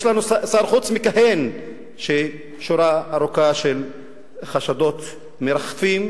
יש לנו שר חוץ מכהן ששורה ארוכה של חשדות מרחפת,